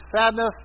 sadness